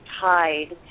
tied